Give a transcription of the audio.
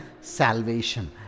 Salvation